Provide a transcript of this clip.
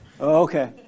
okay